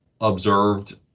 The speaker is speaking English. observed